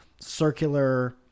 circular